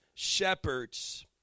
shepherds